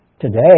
today